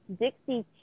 Dixie